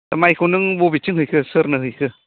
माइखौ नों बबेथिं हैखो सोरनो हैखो